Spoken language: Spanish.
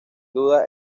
duda